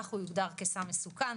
כך הוא יוגדר כסם מסוכן,